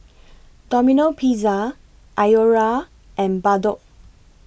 Domino Pizza Iora and Bardot